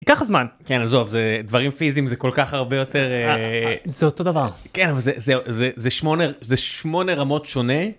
קח זמן, כן עזוב זה דברים פיזיים זה כל כך הרבה יותר אה.. זה אותו דבר, כן אבל זה שמונה זה שמונה רמות שונה.